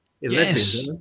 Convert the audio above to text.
Yes